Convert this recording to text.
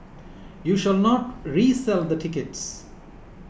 you shall not resell the tickets